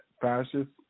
fascists